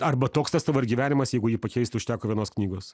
arba toks tas tavo ir gyvenimas jeigu jį pakeisti užteko vienos knygos